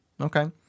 Okay